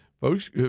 Folks